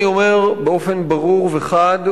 אני אומר באופן ברור וחד,